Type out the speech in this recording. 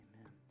Amen